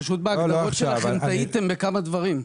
פשוט בהגדרות שלכם טעיתם בכמה דברים,